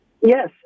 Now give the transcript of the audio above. Yes